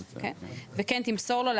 וכן תמסור לו,